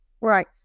Right